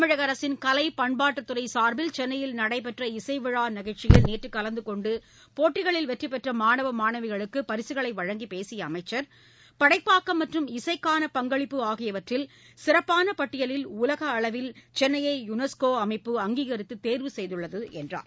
தமிழகஅரசின் கலைப் பண்பாட்டுத் துறைசார்பில் சென்னையில் நடைபெற்ற இசைவிழாநிகழ்ச்சியில் நேற்றுகலந்துகொண்டு போட்டிகளில் வெற்றிபெற்றமாணவமாணவிகளுக்குபரிசுகளைவழங்கிப் பேசிய அமைச்சர் படைப்பாக்கம் மற்றும் இசைக்கான பங்களிப்பு ஆகியவற்றில் சிறப்பானபட்டியலில் உலகஅளவில் சென்னையை யுனெஸ்கோஅமைப்பு அங்கீகரித்தேர்வு செய்துள்ளதுஎன்றார்